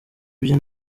bye